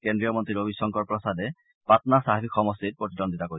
কেন্দ্ৰীয় মন্ত্ৰী ৰবিশংকৰ প্ৰসাদে পাটনা ছাহিব সমষ্টিত প্ৰতিদ্বন্দ্বিতা কৰিব